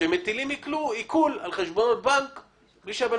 כשמטילים עיקול על חשבון בנק בלי שהבן